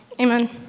Amen